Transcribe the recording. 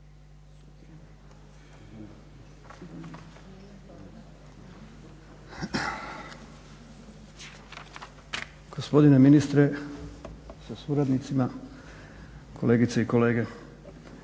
Gospodine ministre sa suradnicima, kolegice i kolege.